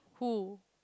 who